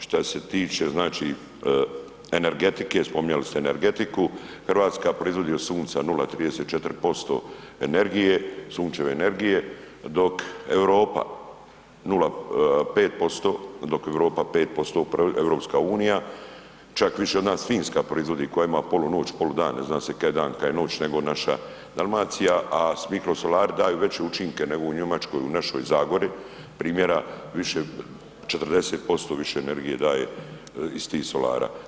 Šta se tiče, znači energetike, spominjali ste energetiku, RH proizvodi od sunca 0,34% energije, sunčeve energije, dok Europa 0, 5%, dok Europa 5% EU, čak više od nas Finska proizvodi koja ima polu noć, polu dan, ne zna se kad je dan, kad je noć, nego naša Dalmacija, a s mikrosolari daju veće učinke nego u Njemačkoj u našoj Zagori, primjera više 40% više energije daje iz ti solara.